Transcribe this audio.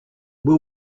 will